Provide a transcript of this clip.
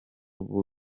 b’u